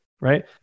right